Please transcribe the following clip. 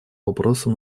вопросам